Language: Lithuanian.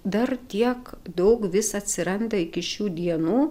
dar tiek daug vis atsiranda iki šių dienų